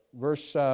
verse